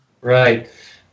Right